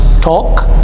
talk